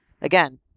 again